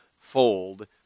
fold